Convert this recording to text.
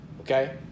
okay